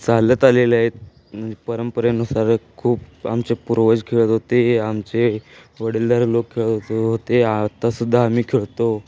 चालत आलेले आहेत म्हणजे परंपरेनुसार खूप आमचे पूर्वज खेळत होते आमचे वडीलधारे लोक खेळ होतो आत्तासुद्धा आम्ही खेळतो